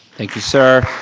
thank you, sir.